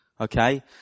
Okay